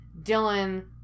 Dylan